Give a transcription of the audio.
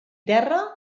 terra